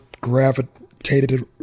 gravitated